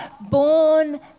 born